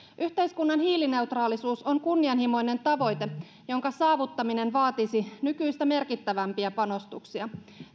yhteiskunnan hiilineutraalisuus on kunnianhimoinen tavoite jonka saavuttaminen vaatisi nykyistä merkittävämpiä panostuksia